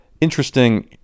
interesting